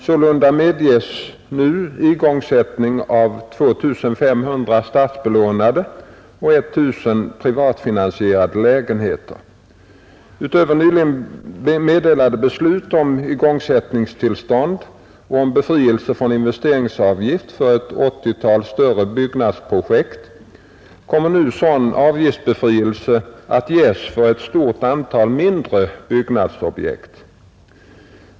Sålunda medges nu igångsättning av 2 500 statsbelånade och 1 000 privatfinansierade lägenheter. Utöver nyligen meddelade beslut om igångsättningstillstånd och om befrielse från investeringsavgift för ett åttiotal större byggnadsprojekt kommer nu sådan avgiftsbefrielse att ges för ett stort antal mindre byggnadsobjekt.